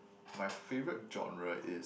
my favourite genre is